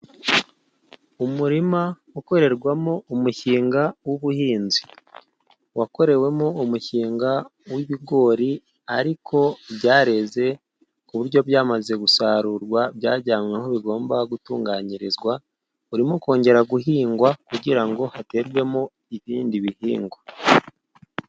Umurima ukorerwamo umushinga w'ubuhinzi, wakorewemo umushinga w'ibigori ariko byareze ku buryo byamaze gusarurwa byajyanywe aho bigomba gutunganyirizwa. Urimo kongera guhingwa kugira ngo haterwemo ibindi bihingwa.